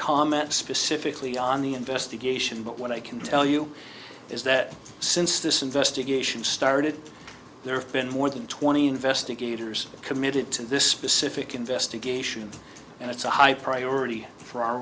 comment specifically on the investigation but what i can tell you is that since this investigation started there have been more than twenty investigators committed to this specific investigation and it's a high priority for our